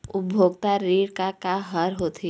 उपभोक्ता ऋण का का हर होथे?